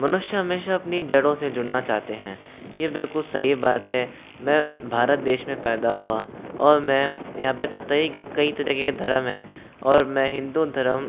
मनुष्य हमेशा अपनी जड़ों से जुड़ना चाहते हैं ये बिलकुल सही बात हैं मैं भारत देश मैं पैदा हुआ और मैं यहाँ पर कतई कई तरह के धर्म हैं और मैं हिन्दू धर्म